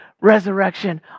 resurrection